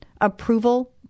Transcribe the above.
approval